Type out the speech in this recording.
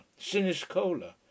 siniscola